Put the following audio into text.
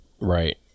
Right